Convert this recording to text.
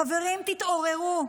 חברים, תתעוררו.